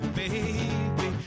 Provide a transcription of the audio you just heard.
baby